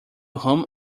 whom